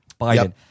Biden